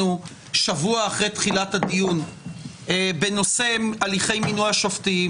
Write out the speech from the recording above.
שבוע אחרי תחילת הדיון בנושא הליכי מינוי השופטים,